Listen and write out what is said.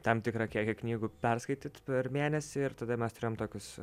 tam tikrą kiekį knygų perskaityt per mėnesį ir tada mes turėjom tokius